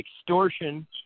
Extortion